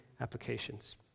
applications